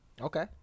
Okay